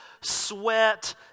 sweat